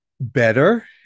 better